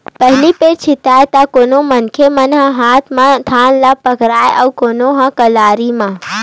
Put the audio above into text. पहिली पैर छितय त कोनो मनखे मन ह हाते म धान ल बगराय अउ कोनो ह कलारी म